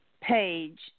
page